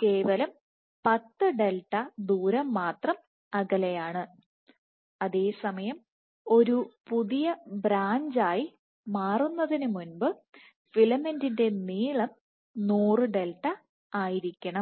കേവലം 10 ഡെൽറ്റ ദൂരം മാത്രം അകലെയാണ് അതേസമയം ഒരു പുതിയ ബ്രാഞ്ചായി മാറുന്നതിന് മുമ്പ് ഫിലമെന്റിന്റെ നീളം 100 ഡെൽറ്റ ആയിരിക്കണം